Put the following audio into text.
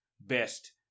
best